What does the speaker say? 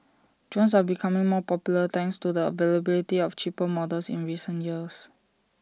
drones are becoming more popular thanks to the availability of cheaper models in recent years